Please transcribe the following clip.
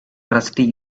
rusty